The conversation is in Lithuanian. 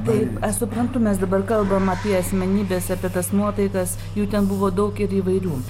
taip aš suprantu mes dabar kalbam apie asmenybes apie tas nuotaikas jų ten buvo daug ir įvairių